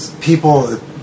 people